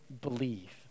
believe